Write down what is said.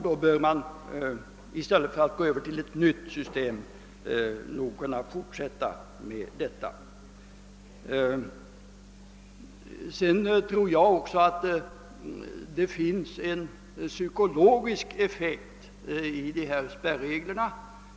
Då bör man, i stället för att gå över till ett nytt spärrsystem, kunna fortsätta med det gamla. Jag tror också att det ligger en psykologisk effekt i spärreglerna.